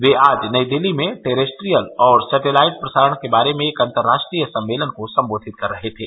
वे आज नई दिल्ली में टरेस्ट्रीयल और सेटेलाइट प्रसारण के बारे में एक अंतर्राष्ट्रीय सम्मेलन को संबोधित कर रहे थे